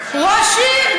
ראש העיר ערד.